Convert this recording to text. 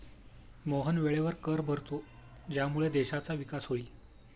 मोहन वेळेवर कर भरतो ज्यामुळे देशाचा विकास होईल